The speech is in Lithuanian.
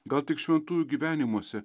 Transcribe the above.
gal tik šventųjų gyvenimuose